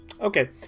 Okay